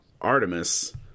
artemis